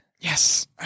Yes